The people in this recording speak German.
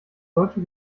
deutsche